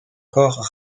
corps